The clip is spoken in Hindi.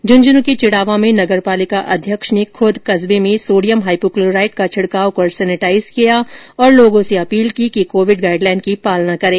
झन्झन के चिडावा में नगरपालिका अध्यक्ष ने खुद कस्बे में सोडियम हाइपो क्लोराइट का छिडकाव कर सेनेटाइज किया और लोगों से अपील की कि कोविड गाइडलाइन की पालना करें